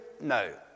no